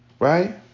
Right